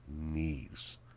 knees